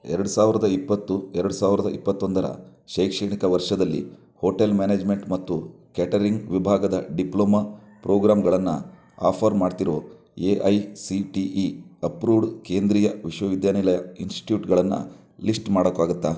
ಎರಡು ಸಾವಿರದ ಇಪ್ಪತ್ತು ಎರಡು ಸಾವಿರದ ಇಪ್ಪತ್ತೊಂದರ ಶೈಕ್ಷಣಿಕ ವರ್ಷದಲ್ಲಿ ಹೋಟೆಲ್ ಮ್ಯಾನೇಜ್ಮೆಂಟ್ ಮತ್ತು ಕೇಟರಿಂಗ್ ವಿಭಾಗದ ಡಿಪ್ಲೊಮಾ ಪ್ರೋಗ್ರಾಂಗಳನ್ನು ಆಫರ್ ಮಾಡ್ತಿರೋ A I C T E approved ಕೇಂದ್ರೀಯ ವಿಶ್ವವಿದ್ಯಾನಿಲಯ ಇನ್ಸ್ಟಿಟ್ಯೂಟ್ಗಳನ್ನು ಲಿಸ್ಟ್ ಮಾಡಕ್ಕಾಗುತ್ತಾ